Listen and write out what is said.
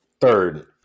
third